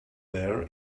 their